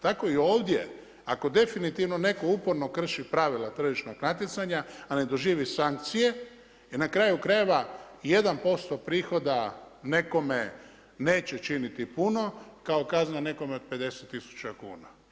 Tako i ovdje ako definitivno netko uporno krši pravila tržišnog natjecanja, a ne doživi sankcije, jer na kraju krajeva, 1% prihoda nekome neće činiti puno, kao kazna nekom od 50000 kuna.